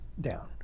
down